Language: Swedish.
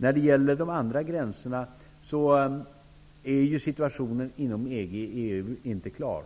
När det gäller de andra gränserna är situationen inom EG/EU inte klar.